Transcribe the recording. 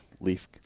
leaf